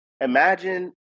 imagine